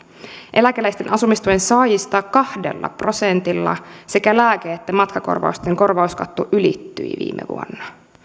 eläkeläisten asumistuen saajista kahdella prosentilla sekä lääke että matkakorvausten korvauskatto ylittyi viime vuonna